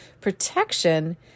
protection